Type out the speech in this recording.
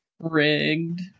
Rigged